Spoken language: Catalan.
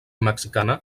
mexicana